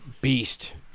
beast